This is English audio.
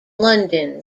london